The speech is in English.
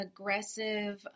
aggressive